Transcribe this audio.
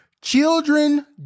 Children